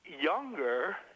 younger